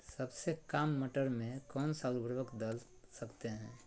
सबसे काम मटर में कौन सा ऊर्वरक दल सकते हैं?